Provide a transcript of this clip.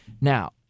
Now